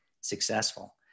successful